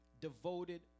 devoted